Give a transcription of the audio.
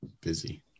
busy